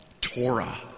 Torah